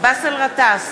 באסל גטאס,